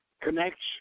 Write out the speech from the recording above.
connects